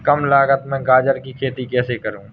कम लागत में गाजर की खेती कैसे करूँ?